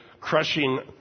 crushing